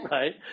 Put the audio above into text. Right